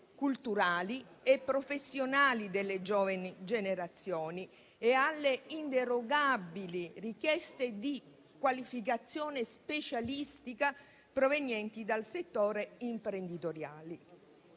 culturali e professionali delle giovani generazioni e alle inderogabili richieste di qualificazione specialistica provenienti dal settore imprenditoriale.